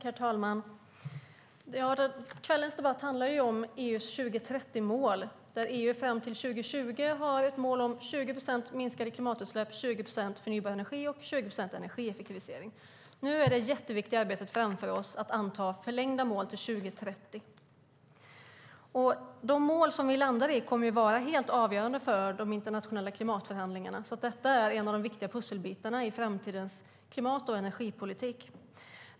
Herr talman! Kvällens debatt handlar om EU:s 2030-mål, där EU fram till 2020 har ett mål om 20 procent minskade klimatutsläpp, 20 procent förnybar energi och 20 procent energieffektivisering. Nu är det jätteviktiga arbetet framför oss att anta förlängda mål till 2030. De mål som vi landar i kommer att vara helt avgörande för de internationella klimatförhandlingarna, så detta är en av de viktiga pusselbitarna i framtidens klimat och energipolitik.